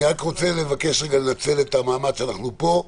אני רוצה לנצל את המעמד שאנחנו פה,